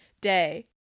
day